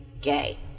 gay